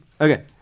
okay